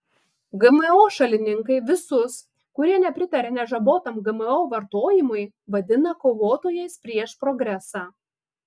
gmo šalininkai visus kurie nepritaria nežabotam gmo vartojimui vadina kovotojais prieš progresą